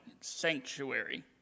Sanctuary